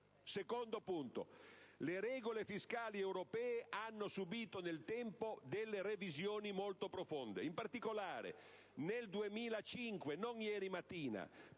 Secondo punto. Le regole fiscali europee hanno subito nel tempo delle revisioni molto profonde. In particolare, nel 2005 - non ieri mattina